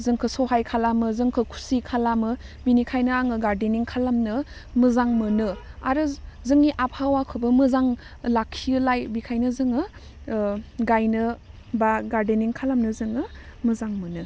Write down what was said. जोंखौ सहाय खालामो जोंखौ खुसि खालामो बिनिखायनो आङो गार्डेनिं खालामनो मोजां मोनो आरो जोंनि आबहावाखौबो मोजां लाखियोलाय बिखायनो जोङो ओह गायनो बा गार्देनिं खालामनो जोङो मोजां मोनो